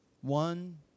One